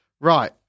Right